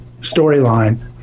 storyline